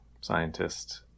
scientist